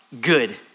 Good